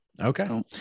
Okay